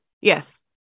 Yes